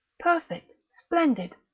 perfect, splendid,